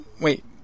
Wait